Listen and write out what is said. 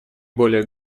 более